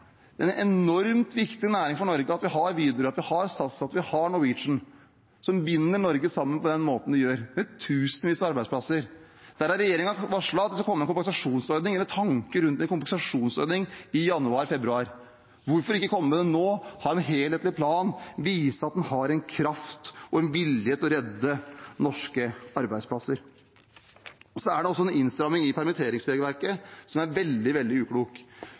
er en enormt viktig næring for Norge, og det er viktig at vi har Widerøe, at vi har SAS, og at vi har Norwegian, som binder Norge sammen på den måten de gjør, med tusenvis av arbeidsplasser. Der har regjeringen varslet at det skal komme en kompensasjonsordning eller en tanke rundt en kompensasjonsordning i januar/februar. Hvorfor ikke komme med den nå, ha en helhetlig plan, vise at man har kraft og vilje til å redde norske arbeidsplasser? Så er det en innstramming i permitteringsregelverket som er veldig, veldig uklok.